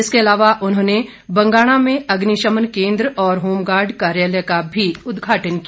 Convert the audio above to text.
इसके अलावा उन्होंने बंगाणा में अग्निशमन केंद्र और होमगार्ड कार्यालय का भी उद्घाटन किया